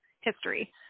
history